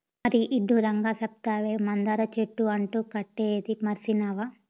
మరీ ఇడ్డూరంగా సెప్తావే, మందార చెట్టు అంటు కట్టేదీ మర్సినావా